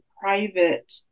private